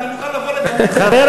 מוכן להיפגש.